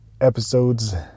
episodes